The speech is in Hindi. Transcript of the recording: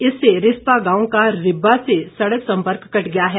इससे रिस्पा गांव का रिब्बा से सड़क सम्पर्क कट गया है